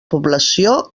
població